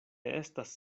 estas